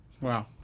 Wow